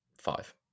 Five